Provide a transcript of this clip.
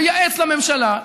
מייעץ לממשלה.